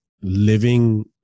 living